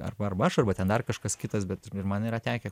arba arba aš arba ten dar kažkas kitas bet man yra tekę